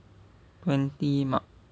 twenty mark